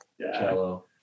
cello